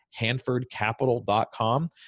HanfordCapital.com